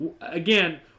again